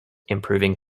improving